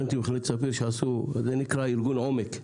ארגון עומק,